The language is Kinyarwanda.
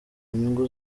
nyungu